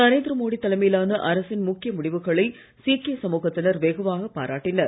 நரேந்திர மோடி தலைமையிலான அரசின் முக்கிய முடிவுகளை சீக்கிய சமூகத்தினர் வெகுவாகப் பாராட்டினர்